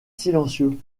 silencieux